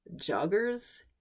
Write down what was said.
joggers